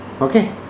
okay